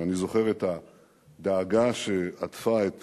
ואני זוכר את הדאגה שעטפה את